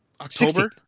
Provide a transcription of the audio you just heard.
October